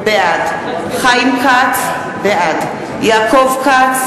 בעד חיים כץ, בעד יעקב כץ,